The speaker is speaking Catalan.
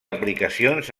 aplicacions